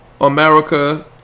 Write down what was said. America